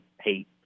hate